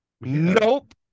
Nope